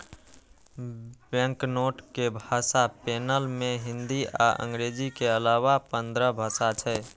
banknote के भाषा panel मे हिंदी आ अंग्रेजी के अलाना पंद्रह भाषा छै